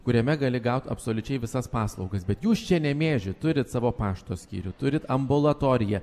kuriame gali gaut absoliučiai visas paslaugas bet jūs čia nemėžy turit savo pašto skyrių turit ambulatoriją